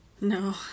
No